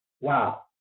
Wow